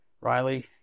Riley